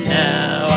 now